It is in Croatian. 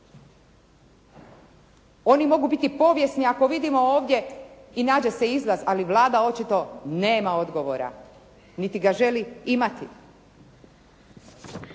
Oni mogu biti povijesni ako vidimo ovdje i nađe se izlaz, ali Vlada očito nema odgovora. Niti ga želi imati.